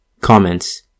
Comments